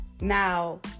Now